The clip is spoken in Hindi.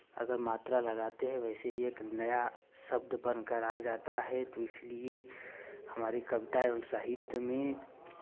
अगर मात्रा लगाते हैं वैसे एक नया शब्द बन कर आ जाता है तो इसलिए हमारी कविताएँ और साहित्य में